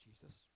jesus